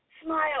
Smile